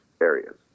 areas